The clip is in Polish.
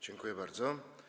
Dziękuję bardzo.